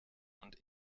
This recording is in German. und